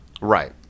Right